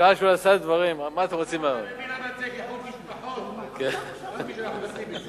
בשעה שהוא עשה דברים, על כל פנים,